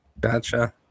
Gotcha